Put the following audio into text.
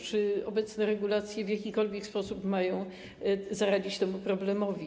Czy obecne regulacje w jakikolwiek sposób mają zaradzić temu problemowi?